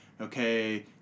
Okay